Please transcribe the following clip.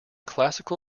classic